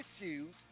issues